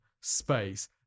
space